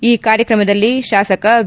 ಈ ಕಾರ್ಯಕ್ರಮದಲ್ಲಿ ಶಾಸಕ ವಿ